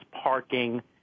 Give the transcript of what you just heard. parking